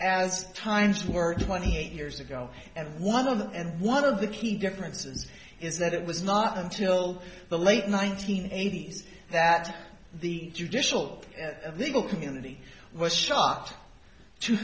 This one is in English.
as times were twenty years ago and one of them and one of the key differences is that it was not until the late ninety eight that the judicial legal community was shocked